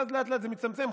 ואז לאט-לאט זה מצטמצם,